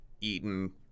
eaten